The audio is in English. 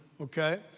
Okay